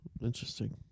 Interesting